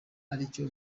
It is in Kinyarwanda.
aricyo